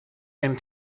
and